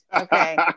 Okay